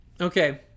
Okay